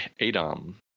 Adam